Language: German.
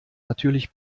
natürlich